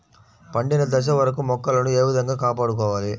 పండిన దశ వరకు మొక్కలను ఏ విధంగా కాపాడుకోవాలి?